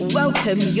welcome